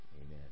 amen